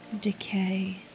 decay